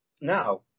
now